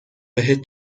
بهت